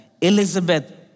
Elizabeth